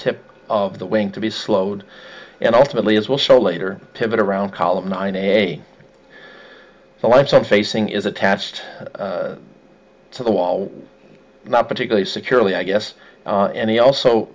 tip of the wing to be slowed and ultimately as well so later pivot around column nine a the lights are facing is attached to the wall not particularly securely i guess and he also